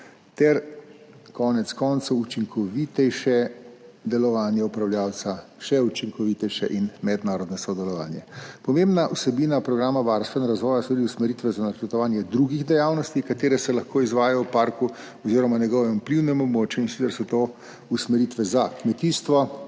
ter konec koncev še učinkovitejše delovanje upravljavca in mednarodno sodelovanje. Pomembna vsebina programa varstva in razvoja so tudi usmeritve za načrtovanje drugih dejavnosti, ki se lahko izvajajo v parku oziroma njegovem vplivnem območju, in sicer so to usmeritve za kmetijstvo,